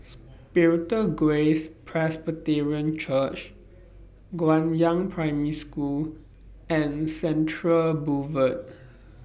Spiritual Grace Presbyterian Church Guangyang Primary School and Central Boulevard